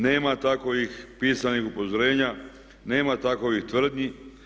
Nema takvih pisanih upozorenja, nema takvih tvrdnji.